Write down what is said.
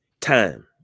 time